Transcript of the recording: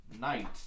night